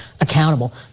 accountable